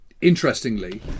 interestingly